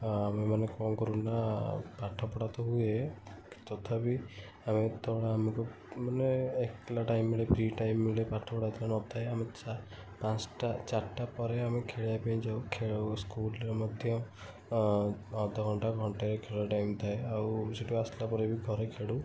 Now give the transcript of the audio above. ଆମେ ମାନେ କ'ଣ କରୁନା ପାଠପଢ଼ା ତ ହୁଏ ତଥାବି ଆମେ ଆମକୁ ମାନେ ଏକଲା ଟାଇମ୍ ମିଳେ ଫ୍ରି ଟାଇମ୍ ମିଳେ ପାଠପଢ଼ା ଯେତେବେଳେ ନଥାଏ ଆମେ ଆମେ ଚା ପାଞ୍ଚଟା ଚାରିଟା ପରେ ଆମେ ଖେଇବା ପାଇଁ ଯାଉ ଖେଳୁ ସ୍କୁଲରେ ମଧ୍ୟ ଅଧଘଣ୍ଟା ଘଣ୍ଟାଏ ଖେଳ ଟାଇମ୍ ଥାଏ ଆଉ ସେଠୁ ଆସିଲା ପରେ ବି ଘରେ ଖେଳୁ